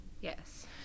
Yes